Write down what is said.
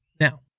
Now